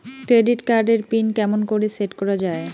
Credit card এর pin কেমন করি সেট করা য়ায়?